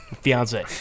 Fiance